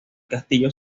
castillo